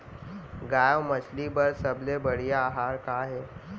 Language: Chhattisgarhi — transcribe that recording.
गाय अऊ मछली बर सबले बढ़िया आहार का हे?